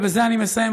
ובזה אני מסיים,